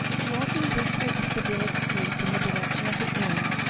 walking briskly up the village street in the direction of the inn,